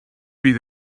bydd